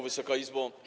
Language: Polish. Wysoka Izbo!